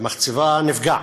המחצבה נפגע,